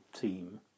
team